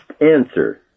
answer